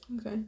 Okay